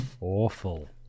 awful